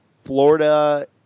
Florida